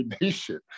nation